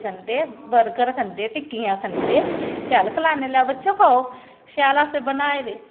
इयां गै जिसलै खाद दी लोड़ होऐ जिसलै मूुजी दा